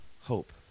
hope